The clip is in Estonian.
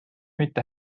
mitte